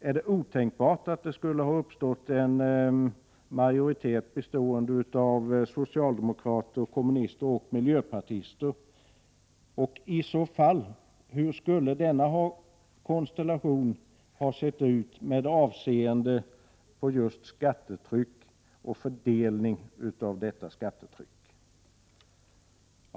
Är det otänkbart att det skulle ha uppstått en majoritet bestående av socialdemokrater, kommunister och miljöpartister? Hur skulle denna konstellation i så fall ha sett ut med avseende på skattetryck och fördelningen av detta skattetryck?